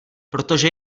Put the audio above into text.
protože